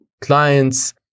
clients